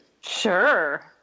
Sure